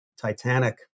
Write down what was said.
Titanic